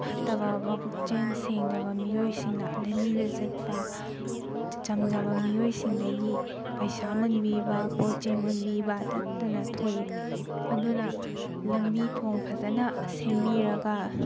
ꯐꯠꯇꯕ ꯃꯕꯨꯛꯆꯦꯜ ꯁꯦꯡꯗꯕ ꯃꯤꯑꯣꯏꯁꯤꯡꯅ ꯂꯝꯕꯤꯗ ꯆꯠꯄ ꯆꯝꯖꯕ ꯃꯤꯑꯣꯏꯁꯤꯡꯗꯒꯤ ꯄꯩꯁꯥ ꯃꯨꯟꯕꯤꯕ ꯄꯣꯠ ꯆꯩ ꯃꯨꯟꯕꯤꯕ ꯇꯠꯇꯅ ꯊꯣꯛꯏ ꯑꯗꯨꯅ ꯂꯝꯕꯤ ꯊꯣꯡ ꯐꯖꯅ ꯁꯦꯝꯕꯤꯔꯒ